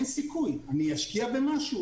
האם אני אשקיע במשהו?